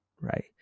right